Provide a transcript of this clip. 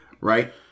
Right